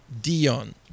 Dion